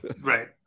Right